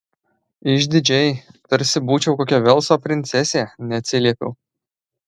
išdidžiai tarsi būčiau kokia velso princesė neatsiliepiau